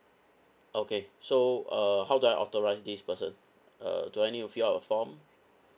okay so uh how do I authorize this person uh do I need to fill up a form